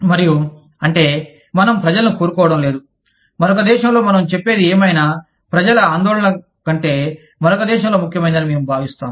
మరియు అంటే మనం ప్రజలను కోరుకోవడం లేదు మరొక దేశంలో మనం చెప్పేది ఏమైనా ప్రజల ఆందోళనల కంటే మరొక దేశంలో ముఖ్యమైనదని మేము భావిస్తున్నాము